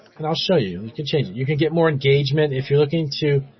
but i'll show you, you can change it. you can get more engagement if you're looking to